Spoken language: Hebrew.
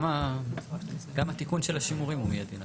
גם התיקון של השימורים הוא מיידי.